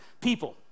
people